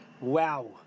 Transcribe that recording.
Wow